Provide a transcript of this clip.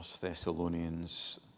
Thessalonians